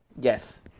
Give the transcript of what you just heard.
Yes